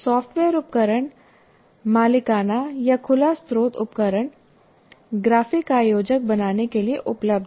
software उपकरण मालिकाना या खुला स्त्रोत उपकरण ग्राफिक आयोजक बनाने के लिए उपलब्ध हैं